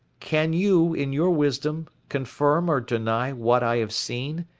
can you, in your wisdom, confirm or deny what i have seen?